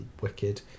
wicked